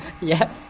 Yes